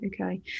okay